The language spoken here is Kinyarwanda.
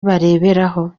bareberaho